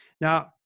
Now